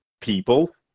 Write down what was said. people